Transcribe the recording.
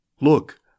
Look